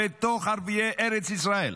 בתוך ערביי ארץ ישראל,